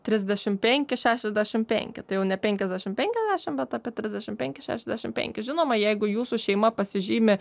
trisdešim penki šešiasdešim penki tai jau ne penkiasdešim penkiasdešim bet apie trisdešim penki šešiasdešim penki žinoma jeigu jūsų šeima pasižymi